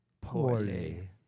poorly